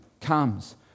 comes